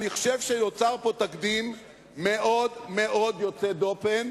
אני חושב שנוצר פה תקדים מאוד מאוד יוצא דופן,